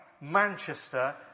Manchester